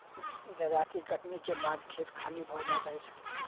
जजाति कटनीक बाद खेत खाली भ जाइत अछि